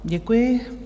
Děkuji.